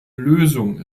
lösung